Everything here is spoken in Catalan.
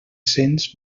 cents